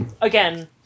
again